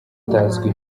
atazwi